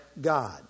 God